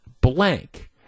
blank